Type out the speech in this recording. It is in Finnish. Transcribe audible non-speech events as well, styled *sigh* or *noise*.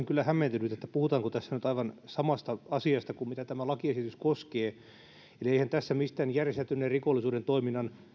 *unintelligible* kyllä hämmentynyt että puhutaanko tässä nyt aivan samasta asiasta kuin mitä tämä lakiesitys koskee eli eihän tässä mistään järjestäytyneen rikollisuuden toiminnan